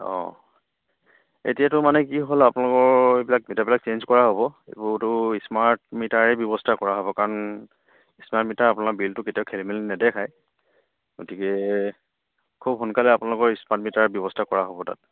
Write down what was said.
অঁ এতিয়াতো মানে কি হ'ল আপোনালোকৰ এইবিলাক ডেটাবিলাক চেঞ্জ কৰা হ'ব এইবোৰতো স্মাৰ্ট মিটাৰেই ব্যৱস্থা কৰা হ'ব কাৰণ স্মাৰ্ট মিটাৰ আপোনাৰ বিলটো কেতিয়াও খেলি মেলি নেদেখায় গতিকে খুব সোনকালে আপোনালোকৰ স্মাৰ্ট মিটাৰ ব্যৱস্থা কৰা হ'ব তাত